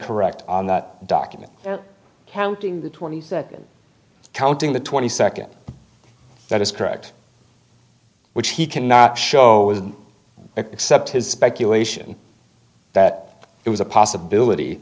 correct on that document counting the twenty that counting the twenty second that is correct which he cannot show with except his speculation that it was a possibility